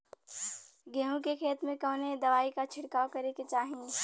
गेहूँ के खेत मे कवने दवाई क छिड़काव करे के चाही?